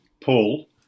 Paul